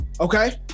Okay